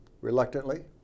Reluctantly